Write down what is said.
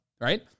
Right